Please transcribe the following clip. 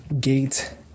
Gate